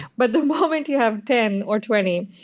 but the moment you have ten or twenty,